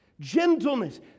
gentleness